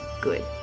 good